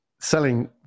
selling